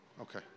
okay